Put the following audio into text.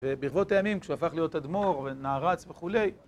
וברבות הימים, כשהוא הפך להיות אדמו"ר ונערץ וכולי..